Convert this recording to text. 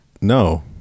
no